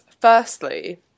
Firstly